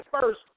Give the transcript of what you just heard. first